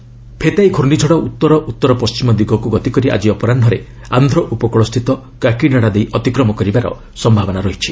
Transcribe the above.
Phethai cyclone Phethai ୍ ଘ୍ରର୍ଣ୍ଣିଝଡ଼ ଉତ୍ତର ଉତ୍ତର ପଶ୍ଚିମ ଦିଗକୁ ଗତିକରି ଆଜି ଅପରାହ୍ନରେ ଆନ୍ଧ୍ର ଉପକୂଳସ୍ଥିତ କାକିନାଡା ଦେଇ ଅତିକ୍ରମ କରିବାର ସମ୍ଭାବନା ରହିଛି